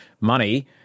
money